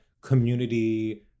community